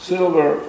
Silver